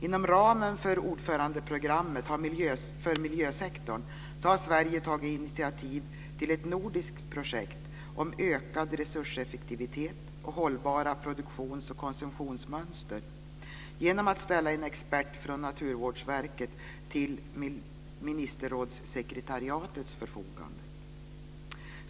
Inom ramen för ordförandeprogrammet för miljösektorn har Sverige tagit initiativ till ett nordiskt projekt om ökad resurseffektivitet och hållbara produktions och konsumtionsmönster genom att ställa en expert från Naturvårdsverket till ministerrådssekretariatets förfogande.